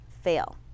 fail